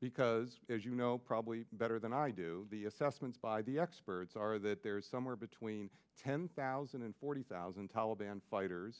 because as you know probably better than i do the assessments by the experts are that there is somewhere between ten thousand and forty thousand taliban fighters